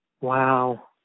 Wow